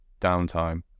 downtime